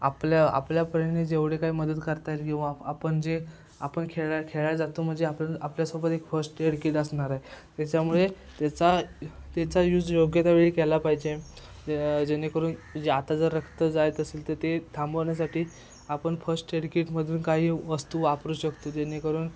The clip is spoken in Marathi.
आपल्या आपल्यापरीने जेवढे काही मदत करता येईल किंवा आपण जे आपण खेळा खेळायला जातो म्हणजे आपण आपल्यासोबत एक फर्स्ट एड किट असणार आहे त्याच्यामुळे त्याचा त्याचा यूज योग्य त्यावेळी केला पाहिजे जेणेकरून जे आता जर रक्त जात असेल तर ते थांबवण्यासाठी आपण फस्ट एड किटमधून काही वस्तू वापरू शकतो जेणेकरून